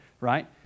right